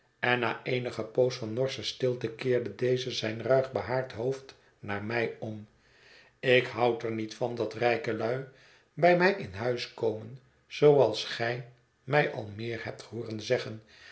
en na eene poos van norsche stilte keerde deze zijn ruig behaard hoofd naar mij om ik houd er niet van dat rijke lui bij mij in huis komen zooals gij mij al meer hebt hooren zeggen